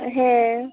ᱦᱮᱸ